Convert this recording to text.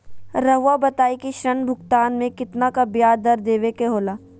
रहुआ बताइं कि ऋण भुगतान में कितना का ब्याज दर देवें के होला?